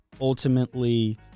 ultimately